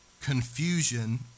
confusion